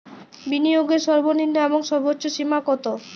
বিনিয়োগের সর্বনিম্ন এবং সর্বোচ্চ সীমা কত?